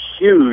huge